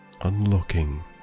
unlocking